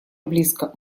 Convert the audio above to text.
близко